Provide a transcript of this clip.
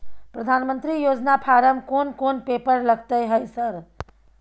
प्रधानमंत्री योजना फारम कोन कोन पेपर लगतै है सर?